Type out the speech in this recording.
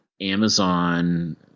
Amazon –